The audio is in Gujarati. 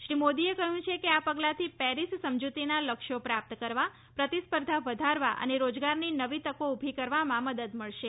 શ્રી મોદીએ કહ્યું છે કે આ પગલાથી પેરિસ સમજૂતીના લક્યોતિ પ્રાપ્ત કરવા પ્રતિસ્પર્ધા વધારવા અને રોજગારની નવી તકો ઉભી કરવામાં મદદ મળશે